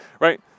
right